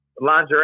lingerie